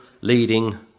leading